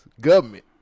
government